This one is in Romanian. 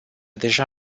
deja